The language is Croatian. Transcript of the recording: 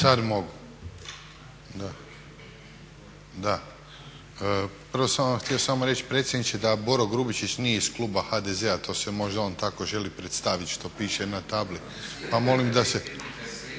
(HDZ)** Prvo sam vam samo htio reći predsjedniče da Boro Grubišić nije iz kluba HDZ-a, to se možda on tako želi predstavit što piše na tabli pa molim da se…